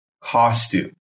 costume